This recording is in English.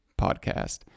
podcast